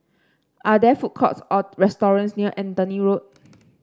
are there food courts or restaurants near Anthony Road